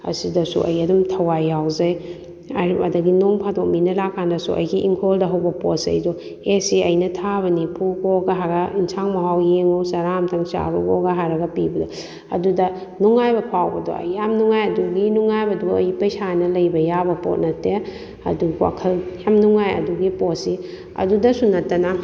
ꯑꯁꯤꯗꯁꯨ ꯑꯩ ꯑꯗꯨꯝ ꯊꯋꯥꯏ ꯌꯥꯎꯖꯩ ꯑꯗꯨꯗꯒꯤ ꯅꯣꯡꯃ ꯐꯥꯗꯣꯛ ꯃꯤꯅ ꯂꯥꯛꯄꯀꯥꯟꯗꯁꯨ ꯑꯩꯒꯤ ꯏꯪꯈꯣꯜꯗ ꯍꯧꯕ ꯄꯣꯊꯆꯩꯗꯣ ꯑꯦ ꯁꯤ ꯑꯩꯅ ꯊꯥꯕꯅꯤ ꯄꯨꯈꯣꯒ ꯍꯥꯏꯔꯒ ꯌꯦꯟꯁꯥꯡ ꯃꯍꯥꯎ ꯌꯦꯡꯑꯣ ꯆꯔꯥ ꯑꯝꯇꯪ ꯆꯥꯔꯨꯈꯣꯒ ꯍꯥꯏꯔꯒ ꯄꯤꯕꯗꯣꯗ ꯅꯨꯡꯉꯥꯏꯕ ꯐꯥꯎꯕꯗꯣ ꯑꯩ ꯌꯥꯝ ꯅꯨꯡꯉꯥꯏ ꯑꯗꯨꯒꯤ ꯅꯨꯡꯉꯥꯏꯕꯗꯣ ꯑꯩ ꯄꯩꯁꯥꯅ ꯂꯩꯕ ꯌꯥꯕ ꯄꯣꯠ ꯅꯠꯇꯦ ꯑꯗꯨ ꯋꯥꯈꯜ ꯌꯥꯝ ꯅꯨꯡꯉꯥꯏ ꯑꯗꯨꯒꯤ ꯄꯣꯠꯁꯤ ꯑꯗꯨꯗꯁꯨ ꯅꯠꯇꯅ